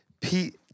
Pete—